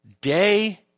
day